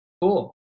Cool